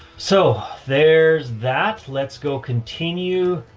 so there's that. let's go continue.